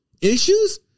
issues